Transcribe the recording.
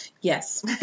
Yes